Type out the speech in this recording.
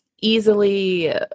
easily